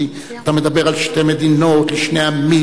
כי אתה מדבר על שתי מדינות לשני עמים,